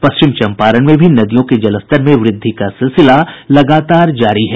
पश्चिम चंपारण में भी नदियों के जलस्तर में वृद्धि का सिलसिला जारी है